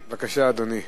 בבקשה, אדוני.